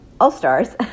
all-stars